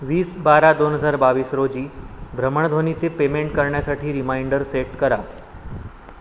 वीस बारा दोन हजार बावीस रोजी भ्रमणध्वनीचे पेमेंट करण्यासाठी रिमाइंडर सेट करा